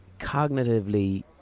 cognitively